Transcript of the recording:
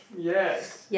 yes